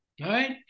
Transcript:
right